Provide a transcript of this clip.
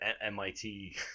MIT